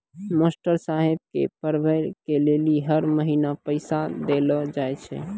master साहेब के पढ़बै के लेली हर महीना पैसा देलो जाय छै